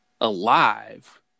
alive